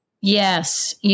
Yes